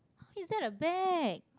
how is that a bag